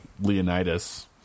Leonidas